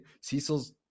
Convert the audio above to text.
cecil's